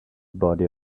body